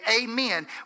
amen